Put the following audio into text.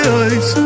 eyes